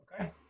Okay